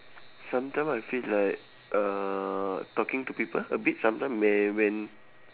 sometime I feel like uh talking to people a bit sometime may when